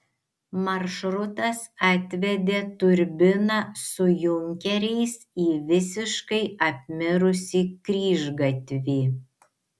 maršrutas atvedė turbiną su junkeriais į visiškai apmirusį kryžgatvį